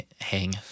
hang